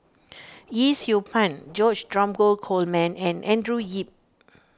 Yee Siew Pun George Dromgold Coleman and Andrew Yip